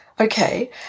okay